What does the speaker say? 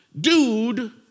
dude